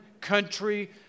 country